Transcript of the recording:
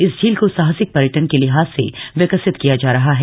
इस झील को साहसिक पर्यटन के लिहाज से विकसित किया जा रहा है